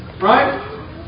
right